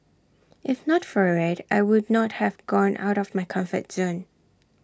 if not for IT I would not have gone out of my comfort zone